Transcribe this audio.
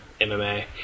MMA